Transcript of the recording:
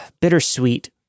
bittersweet